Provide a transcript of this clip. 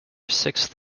sixth